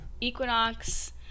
Equinox